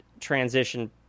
transition